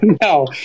No